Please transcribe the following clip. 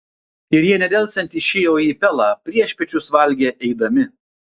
ir jie nedelsiant išėjo į pelą priešpiečius valgė eidami